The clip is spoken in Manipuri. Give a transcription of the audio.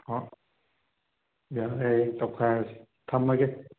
ꯍꯣꯏ ꯌꯥꯔꯦ ꯍꯌꯦꯡ ꯇꯧꯈꯥꯏꯔꯁꯤ ꯊꯝꯃꯒꯦ